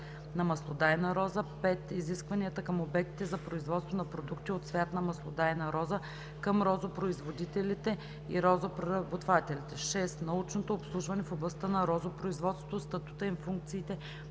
на маслодайна роза; 5. изискванията към обектите за производство на продукти от цвят на маслодайна роза, към розопроизводителите и розопреработвателите; 6. научното обслужване в областта на розопроизводството, статута и функциите